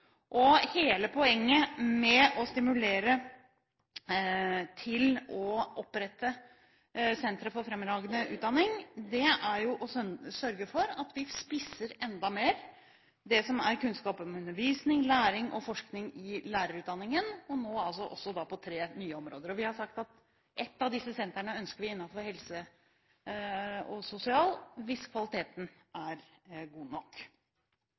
Hele poenget med å stimulere til å opprette sentre for fremragende utdanning er jo å sørge for at vi spisser enda mer det som er kunnskap om undervisning, læring og forskning i lærerutdanningen – og nå altså også på tre nye områder. Vi har sagt at et av disse sentrene ønsker vi innenfor helse- og sosialutdanning, hvis kvaliteten er god nok.